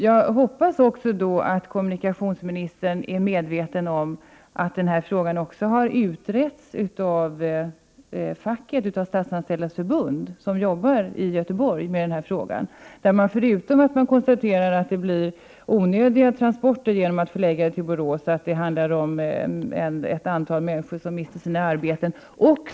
Jag hoppas att kommunikationsministern är medveten om att denna fråga också har utretts av facket, Statsanställdas förbund, som jobbar med denna fråga i Göteborg. Där konstateras att det blir onödiga transporter genom att pakethanteringen förläggs till Borås och att ett antal människor mister sina arbeten.